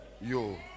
Yo